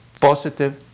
positive